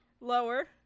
lower